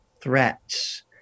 threats